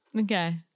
Okay